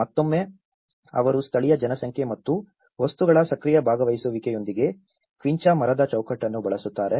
ಮತ್ತೊಮ್ಮೆ ಅವರು ಸ್ಥಳೀಯ ಜನಸಂಖ್ಯೆ ಮತ್ತು ವಸ್ತುಗಳ ಸಕ್ರಿಯ ಭಾಗವಹಿಸುವಿಕೆಯೊಂದಿಗೆ ಕ್ವಿಂಚಾ ಮರದ ಚೌಕಟ್ಟನ್ನು ಬಳಸುತ್ತಾರೆ